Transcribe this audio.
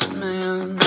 man